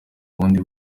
bundi